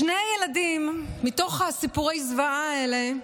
שני ילדים מתוך סיפורי הזוועה האלה,